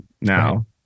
now